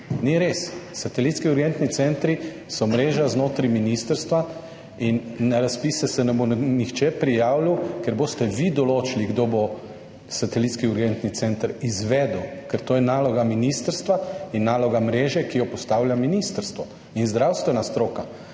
Ni res, satelitski urgentni centri so mreža znotraj ministrstva in na razpise se ne bo nihče prijavljal, ker boste vi določili, kdo bo satelitski urgentni center izvedel, ker to je naloga ministrstva in naloga mreže, ki jo postavlja ministrstvo in zdravstvena stroka,